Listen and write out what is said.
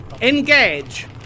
Engage